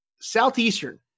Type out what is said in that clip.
Southeastern